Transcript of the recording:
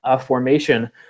formation